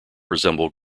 resemble